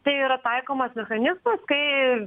tai yra taikomas mechanizmas kai